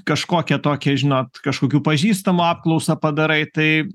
kažkokią tokią žinot kažkokių pažįstamų apklausą padarai tai